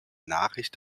nachricht